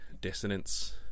dissonance